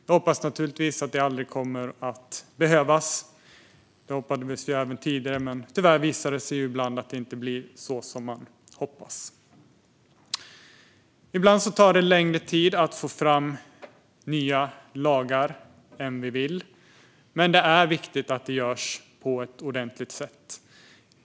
Vi hoppas naturligtvis att detta aldrig kommer att behövas. Det hoppades vi även tidigare, men tyvärr visar det sig ibland att det inte blir så som man hoppas. Ibland tar det längre tid än vi vill att få fram nya lagar. Men det är viktigt att det görs på ett ordentligt sätt.